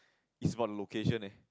is for location eh